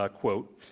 ah quote,